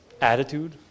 Attitude